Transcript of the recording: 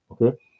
Okay